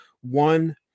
one